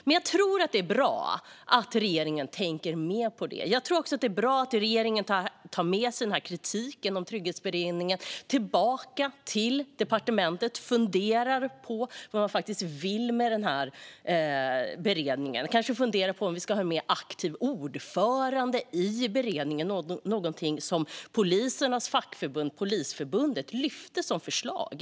Men jag tror att det är bra att regeringen tänker mer på detta. Jag tror också att det är bra att regeringen tar med sig kritiken om Trygghetsberedningen tillbaka till departementet och funderar på vad man faktiskt vill med denna beredning. Man kan kanske fundera på om vi ska ha en mer aktiv ordförande i beredningen, något som polisernas fackförbund, Polisförbundet, har föreslagit.